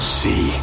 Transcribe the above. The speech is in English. see